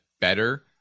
better